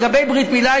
לגבי ברית מילה,